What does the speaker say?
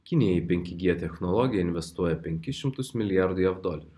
kinijai penki g technologija investuoja penkis šimtus milijardų jav dolerių